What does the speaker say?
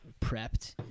prepped